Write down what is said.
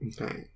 Okay